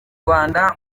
rwanda